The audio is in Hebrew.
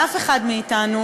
לאף אחד מאתנו,